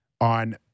on